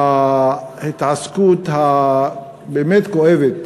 וההתעסקות הבאמת-כואבת